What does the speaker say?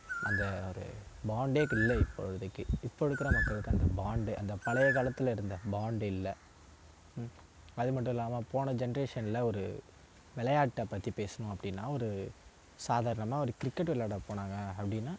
அந்த ஒரு பாண்டே இப்போ இல்லை இப்போதைக்கு இப்போ இருக்குகிற மக்களுக்கு அந்த பாண்டு அந்த பழைய காலத்தில் இருந்த பாண்டு இல்லை அது மட்டும் இல்லாமல் போன ஜென்ரேஷனில் ஒரு விளையாட்ட பற்றி பேசணும் அப்படின்னா ஒரு சாதாரணமாக ஒரு கிரிக்கெட் விளையாட போனாங்க அப்படின்னா